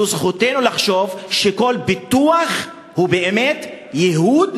זו זכותנו לחשוב שכל פיתוח הוא באמת ייהוד,